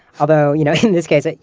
although, you know in this case, ah